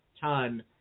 ton